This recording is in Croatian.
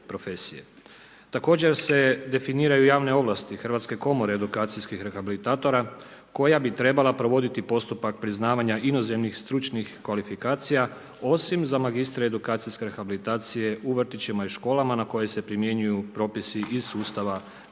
Također se definiraju javne ovlasti Hrvatske komore edukacijskih rehabilitatora koja bi trebala provoditi postupak priznavanja inozemnih stručnih kvalifikacija, osim za magistre edukacijske rehabilitacije u vrtićima i školama na koje se primjenjuju propisi iz sustava predškolskog,